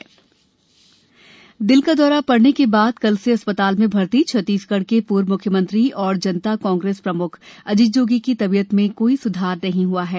जोगी तबियत दिल का दौरा पड़ने के बाद कल से अस्पताल में भर्ती छत्तीसगढ़ के पूर्व म्ख्यमंत्री एवं जनता कांग्रेस प्रम्ख अजीत जोगी की तबियत में कोई स्धार नही हुआ है